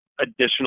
additional